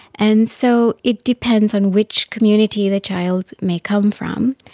and so it depends on which community the child may come from.